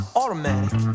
automatic